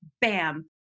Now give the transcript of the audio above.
bam